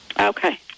okay